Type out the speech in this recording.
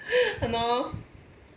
!hannor!